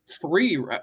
three